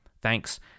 Thanks